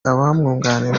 abamwunganira